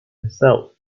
herself